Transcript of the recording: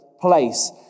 place